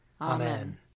Amen